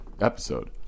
episode